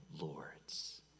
lords